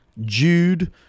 Jude